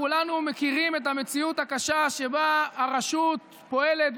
כולנו מכירים את המציאות הקשה שבה הרשות פועלת,